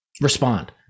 respond